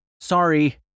Sorry